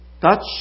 touch